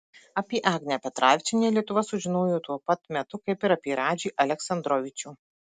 apie agnę petravičienę lietuva sužinojo tuo pat metu kaip ir apie radžį aleksandrovičių